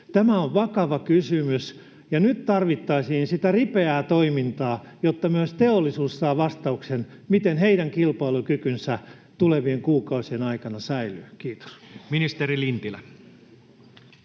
Tämä on vakava kysymys, ja nyt tarvittaisiin sitä ripeää toimintaa, jotta myös teollisuus saa vastauksen, miten heidän kilpailukykynsä tulevien kuukausien aikana säilyy. — Kiitos. [Speech 35]